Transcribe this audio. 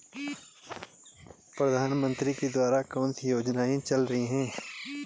प्रधानमंत्री के द्वारा कौनसी योजनाएँ चल रही हैं?